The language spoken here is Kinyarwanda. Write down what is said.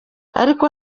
ariko